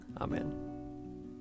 Amen